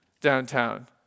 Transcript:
downtown